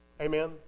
Amen